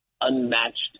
unmatched